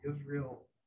Israel